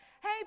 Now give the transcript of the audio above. hey